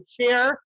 chair